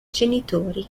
genitori